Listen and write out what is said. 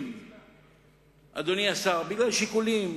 אדוני השר, בגלל שיקולים